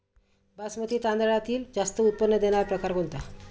बासमती तांदळातील जास्त उत्पन्न देणारा प्रकार कोणता?